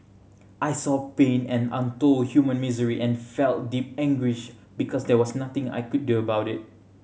I saw pain and untold human misery and felt deep anguish because there was nothing I could do about it